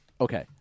Okay